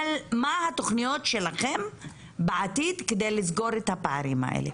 התוכניות שלכם בעתיד כדי לסגור את הפערים האלה.